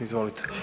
Izvolite.